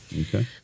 Okay